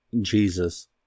Jesus